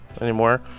anymore